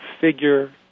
figure